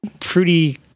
fruity